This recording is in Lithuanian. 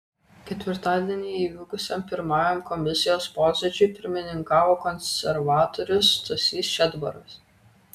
ketvirtadienį įvykusiam pirmajam komisijos posėdžiui pirmininkavo konservatorius stasys šedbaras